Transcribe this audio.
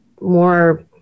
more